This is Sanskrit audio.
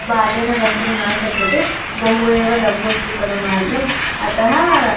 बाधेन गन्तुं न शक्यते बहु एव लघु अस्ति खलु मार्गः अतः